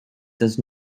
does